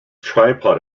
tripod